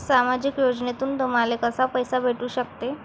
सामाजिक योजनेतून तुम्हाले कसा पैसा भेटू सकते?